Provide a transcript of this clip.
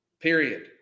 Period